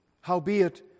Howbeit